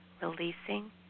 releasing